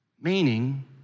Meaning